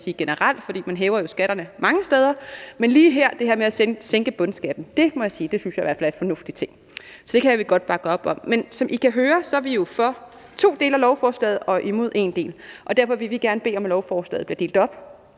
generelt, fordi man jo hæver skatterne mange steder, men lige det her med at sænke bundskatten synes jeg i hvert fald er en fornuftig ting. Så det kan vi godt bakke op om. Som I kan høre, er vi for to dele af lovforslaget og imod en del. Derfor vil vi gerne bede om, at lovforslaget bliver delt op,